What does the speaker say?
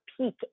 peak